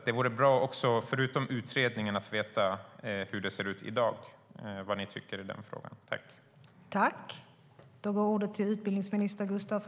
Det vore bra att få veta hur regeringen ser på frågan.